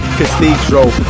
cathedral